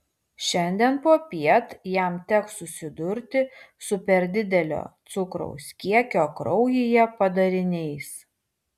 šiandien popiet jam teks susidurti su per didelio cukraus kiekio kraujyje padariniais